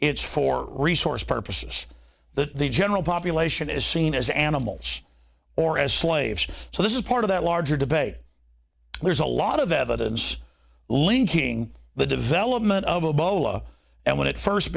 it's for resource purposes the general population is seen as animals or as slaves so this is part of that larger debate there's a lot of evidence linking the development of a bolo and when it first